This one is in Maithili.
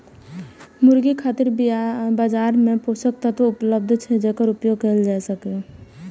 मुर्गी खातिर बाजार मे पोषक तत्व उपलब्ध छै, जेकर उपयोग कैल जा सकैए